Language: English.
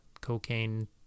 cocaine